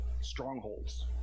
strongholds